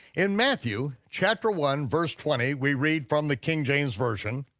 in matthew, chapter one verse twenty, we read from the king james version,